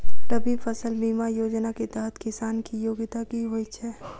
रबी फसल बीमा योजना केँ तहत किसान की योग्यता की होइ छै?